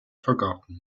forgotten